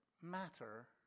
matter